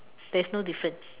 there's no difference